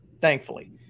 thankfully